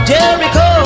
Jericho